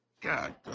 God